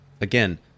again